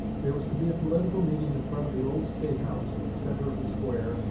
there was to be a political meeting in front of the old state house, in the center of the square,